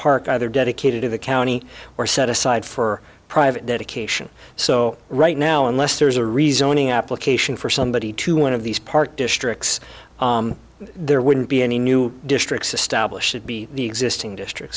park either dedicated to the county or set aside for private occasion so right now unless there's a resigning application for somebody to one of these park districts there wouldn't be any new districts established it be the existing district